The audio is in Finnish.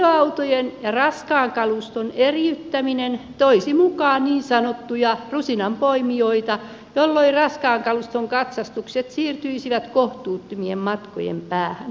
henkilöautojen ja raskaan kaluston eriyttäminen toisi mukaan niin sanottuja rusinanpoimijoita jolloin raskaan kaluston katsastukset siirtyisivät kohtuuttomien matkojen päähän